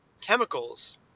chemicals